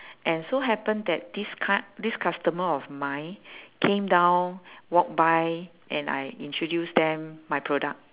and so happen that this cu~ this customer of mine came down walk by and I introduce them my product